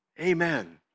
Amen